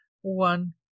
one